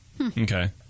Okay